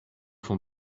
font